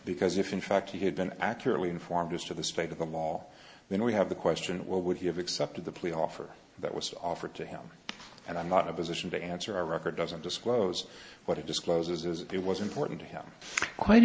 because if in fact he had been accurately informed as to the state of the law then we have the question what would he have accepted the plea offer that was offered to him and i'm not a position to answer our record doesn't disclose what it discloses is it was important to him quite